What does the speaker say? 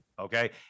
Okay